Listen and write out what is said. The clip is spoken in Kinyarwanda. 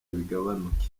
bigabanuke